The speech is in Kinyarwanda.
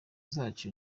yacu